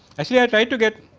as she had try to get